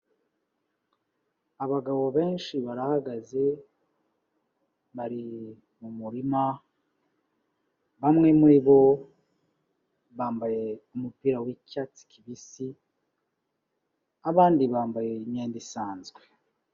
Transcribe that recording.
Abagabo benshi barahagaze, bari mu murima, bamwe muri bo bambaye umupira w'icyatsi kibisi, abandi bambaye imyenda isanzwe.